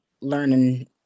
learning